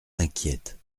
inquiète